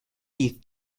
heath